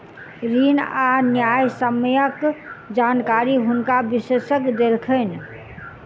ऋण आ न्यायसम्यक जानकारी हुनका विशेषज्ञ देलखिन